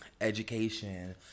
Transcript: education